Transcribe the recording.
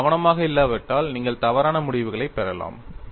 நீங்கள் கவனமாக இல்லாவிட்டால் நீங்கள் தவறான முடிவுகளைப் பெறலாம்